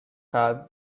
had